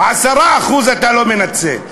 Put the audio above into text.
10% אתה לא מנצל.